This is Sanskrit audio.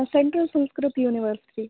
central Sanskrit university